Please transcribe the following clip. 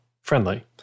friendly